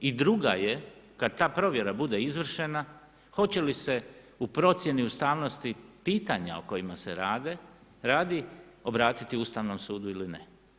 I druga je, kada ta provjera bude izvršena hoće li se u procjeni ustavnosti pitanja o kojima se radi obratiti Ustavnom sudu ili ne.